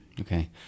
Okay